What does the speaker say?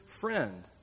friend